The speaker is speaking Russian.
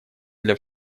для